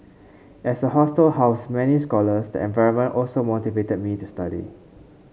as the hostel housed many scholars the environment also motivated me to study